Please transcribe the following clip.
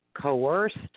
coerced